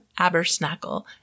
Abersnackle